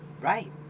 Right